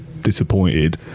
disappointed